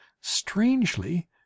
strangely